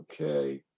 Okay